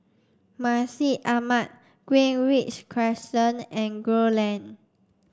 Masjid Ahmad Greenridge Crescent and Gul Lane